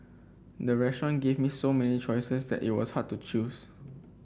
the restaurant gave me so many choices that it was hard to choose